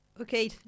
Okay